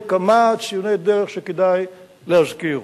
עם כמה ציוני דרך שכדאי להזכיר.